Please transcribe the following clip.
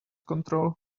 control